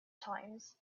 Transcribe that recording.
times